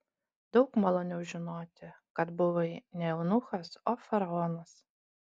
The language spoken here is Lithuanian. daug maloniau žinoti kad buvai ne eunuchas o faraonas